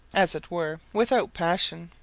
as it were without passion.